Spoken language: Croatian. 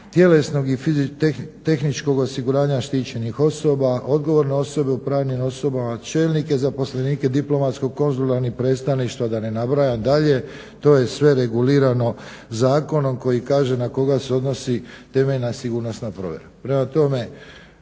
tjelesnog i tehničkog osiguranja štićenih osoba, odgovorne osobe u pravnim osobama, čelnike, zaposlenike diplomatsko konzularnih predstavništva da ne nabrajam dalje, to je sve regulirano zakonom koji kaže na koga se odnosi temeljna sigurnosna provjera.